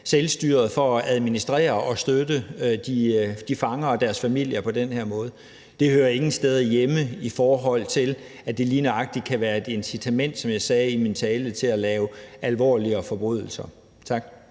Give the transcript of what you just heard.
selvstyret for at administrere og støtte de fanger og deres familier på den her måde. Det hører ingen steder hjemme, i forhold til at det lige nøjagtig kan være et incitament, som jeg sagde i min tale, til at lave alvorligere forbrydelser. Tak.